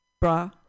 Bra